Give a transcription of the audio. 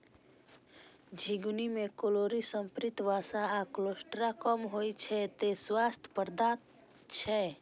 झिंगुनी मे कैलोरी, संतृप्त वसा आ कोलेस्ट्रॉल कम होइ छै, तें स्वास्थ्यप्रद छै